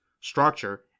structure